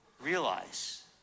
Realize